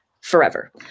forever